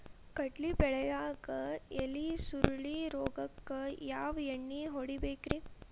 ಕಡ್ಲಿ ಬೆಳಿಯಾಗ ಎಲಿ ಸುರುಳಿ ರೋಗಕ್ಕ ಯಾವ ಎಣ್ಣಿ ಹೊಡಿಬೇಕ್ರೇ?